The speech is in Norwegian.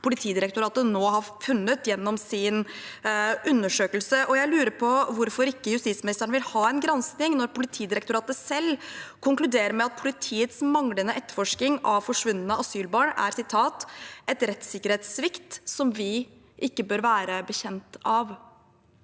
Politidirektoratet nå har funnet gjennom sin undersøkelse. Jeg lurer på hvorfor ikke justisministeren vil ha en gransking når Politidirektoratet selv konkluderer med at politiets manglende etterforskning av forsvunne asylbarn er en rettssikkerhetssvikt som vi ikke bør være bekjent av.